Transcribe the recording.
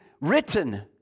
written